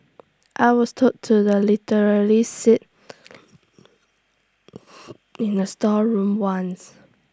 I was told to the literally sit in A storeroom once